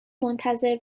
منتظر